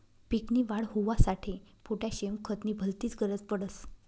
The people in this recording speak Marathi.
पीक नी वाढ होवांसाठी पोटॅशियम खत नी भलतीच गरज पडस